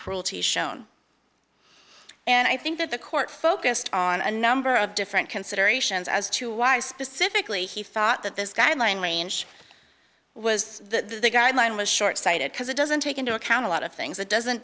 cruelty shown and i think that the court focused on a number of different considerations as to why specifically he thought that this guideline range was the guideline was short sighted because it doesn't take into account a lot of things that doesn't